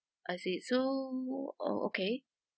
I see so oh okay